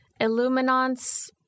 Illuminance